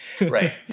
Right